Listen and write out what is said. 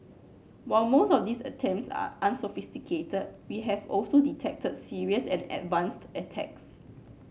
while most of these attempts are unsophisticated we have also detected serious and advanced attacks